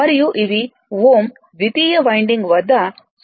మరియు ఇవి Ω ద్వితీయ వైండింగ్ వద్ద 0